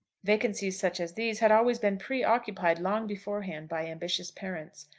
vacancies such as these had always been pre-occupied long beforehand by ambitious parents.